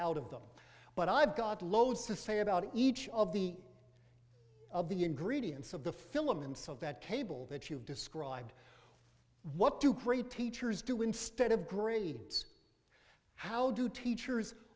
out of them but i've got loads to say about each of the of the ingredients of the filament so that cable that you've described what do great teachers do instead of grades how do teachers